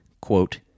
quote